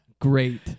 great